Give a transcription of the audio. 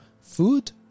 food